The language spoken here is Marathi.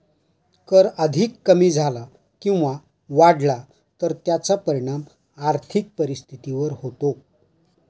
कर अधिक कमी झाला किंवा वाढला तर त्याचा परिणाम आर्थिक परिस्थितीवर होतो